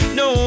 no